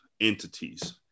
entities